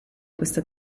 questa